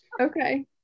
okay